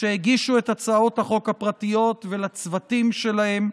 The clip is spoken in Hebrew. שהגישו את הצעות החוק הפרטיות ולצוותים שלהן,